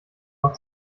noch